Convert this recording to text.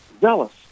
zealous